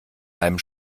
einem